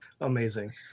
Amazing